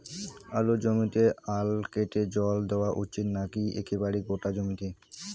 আলুর জমিতে আল কেটে জল দেওয়া উচিৎ নাকি একেবারে গোটা জমিতে?